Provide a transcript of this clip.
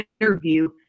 interview